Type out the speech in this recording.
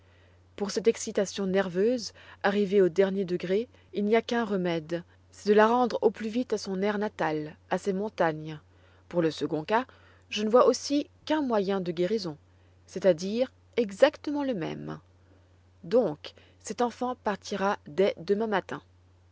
pour cette excitation nerveuse arrivée au dernier degré il n'y a qu'un remède c'est de la rendre au plus vite à son air natal à ses montagnes pour le second cas je ne vois aussi qu'un moyen de guérison c'est-à-dire exactement le même donc cette enfant partira dès demain matin